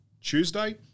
Tuesday